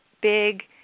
big